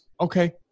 okay